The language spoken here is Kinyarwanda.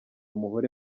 muhore